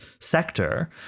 sector